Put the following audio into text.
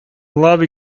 lobby